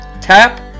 tap